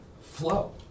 flow